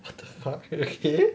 what the fuck okay